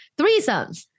threesomes